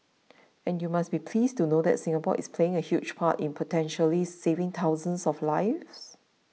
and you must be pleased to know that Singapore is playing a huge part in potentially saving thousands of lives